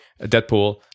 deadpool